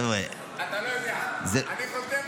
אתה לא יודע, אני חותם לך.